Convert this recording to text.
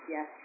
Yes